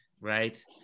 right